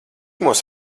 mūs